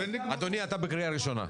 אדוני אתה בקריאה ראשונה.